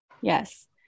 Yes